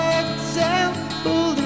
example